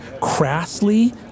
crassly